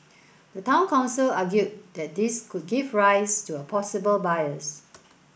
the Town Council argued that this could give rise to a possible bias